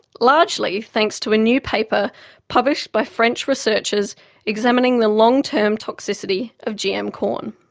largely, thanks to a new paper published by french researchers examining the long-term toxicity of gm corn.